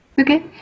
Okay